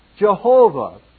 Jehovah